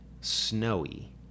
snowy